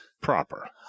Proper